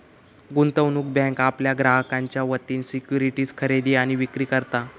गुंतवणूक बँक आपल्या ग्राहकांच्या वतीन सिक्युरिटीज खरेदी आणि विक्री करता